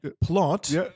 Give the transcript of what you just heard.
Plot